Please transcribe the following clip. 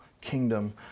kingdom